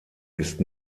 ist